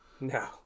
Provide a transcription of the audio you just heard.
No